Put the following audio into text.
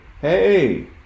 Hey